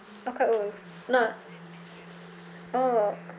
but quite or not oh